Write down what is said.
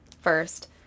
first